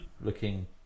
looking